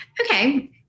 Okay